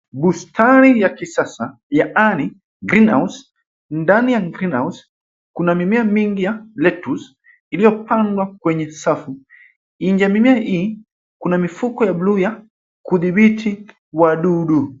Bustani ya kisasa yaani, greenhouse .Ndani ya greenhouse kuna mimea mingi ya lettuce iliyopandwa kwenye safu. Nje ya mimea hii kuna mifuko ya bluu ya kudhibiti wadudu.